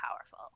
powerful